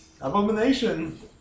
Abomination